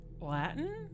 Latin